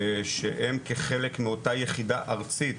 שהם כחלק מאותה יחידה ארצית